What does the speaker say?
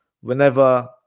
whenever